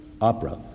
opera